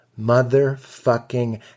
motherfucking